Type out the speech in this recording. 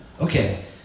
Okay